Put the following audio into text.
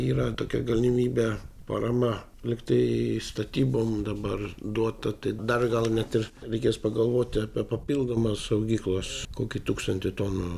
yra tokia galimybė parama lyg tai statybom dabar duota tai dar gal net ir reikės pagalvoti apie papildomas saugyklas kokį tūkstantį tonų